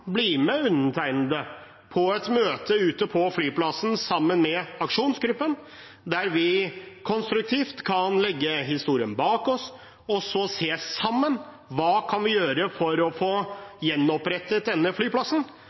undertegnede på et møte ute på flyplassen sammen med aksjonsgruppen der vi konstruktivt kan legge historien bak oss og sammen se på hva vi kan gjøre for å få gjenopprettet denne flyplassen?